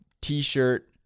T-shirt